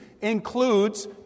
includes